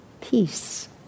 peace